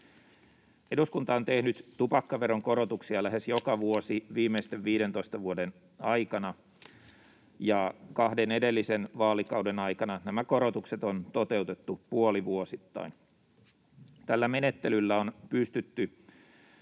Eduskunta on tehnyt tupakkaveron korotuksia lähes joka vuosi viimeisten 15 vuoden aikana, ja kahden edellisen vaalikauden aikana nämä korotukset on toteutettu puolivuosittain. Tällä menettelyllä on pystytty